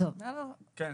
לבריאות